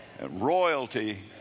Royalty